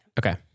Okay